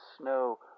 snow